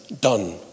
done